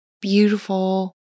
beautiful